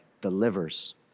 delivers